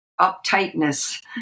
uptightness